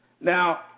Now